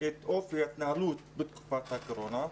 את אופן ההתנהלות בתקופת הקורונה.